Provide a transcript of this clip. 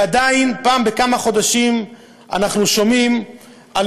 ועדיין פעם בכמה חודשים אנחנו שומעים על